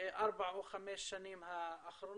ארבע או חמש השנים האחרונות.